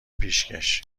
پیشکش